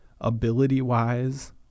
ability-wise